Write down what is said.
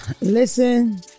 Listen